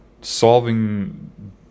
solving